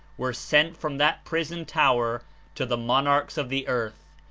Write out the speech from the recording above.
were sent from that prison tower to the monarchs of the earth,